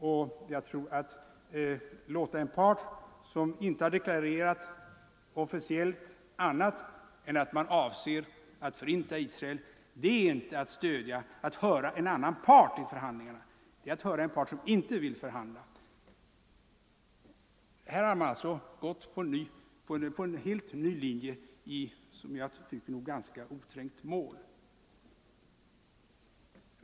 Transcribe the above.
Att höra en part som officiellt inte har deklarerat annat än att man har för avsikt att förinta Israel är inte detsamma som att höra en annan part vid förhandlingar — det är att höra en part som inte vill förhandla Här har man alltså följt en helt ny linje i ett som jag tycker mycket oträngt mål.